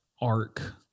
arc